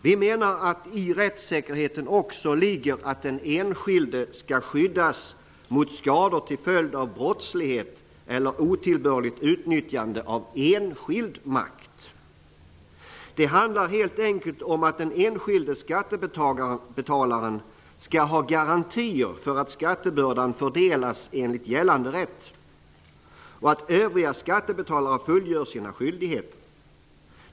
Vi menar, att i rätssäkerheten också ligger att den enskilde skall skyddas mot skador till följd av brottslighet eller otillbörligt utnyttjande av enskild makt. Det handlar helt enkelt om att den enskilde skattebetalaren skall ha garantier för att skattebördan fördelas enligt gällande rätt och att övriga skattebetalare fullgör sina skyldigheter.